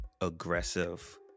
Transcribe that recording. aggressive